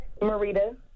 marita